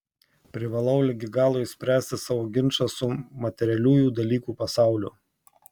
privalau ligi galo išspręsti savo ginčą su materialiųjų dalykų pasauliu